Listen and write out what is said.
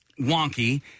wonky